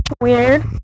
weird